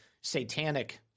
satanic